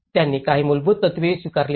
त्यांनी काही मूलभूत तत्त्वेही स्वीकारली आहेत